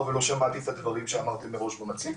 ולא שמעתי את הדברים שאמרת בראש המצגת.